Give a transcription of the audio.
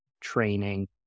training